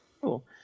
Cool